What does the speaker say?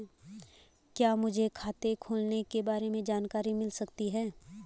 क्या मुझे खाते खोलने के बारे में जानकारी मिल सकती है?